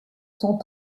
sont